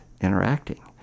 interacting